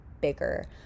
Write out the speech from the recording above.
bigger